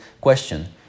question